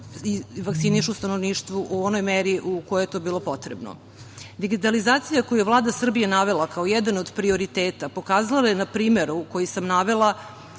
vakcinišu stanovništvo u onoj meri u kojoj je to bilo potrebno. Digitalizacija koju je Vlada Srbije navela kao jedan od prioriteta pokazala je na primeru koji sam navela